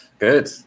Good